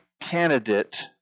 candidate